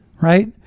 Right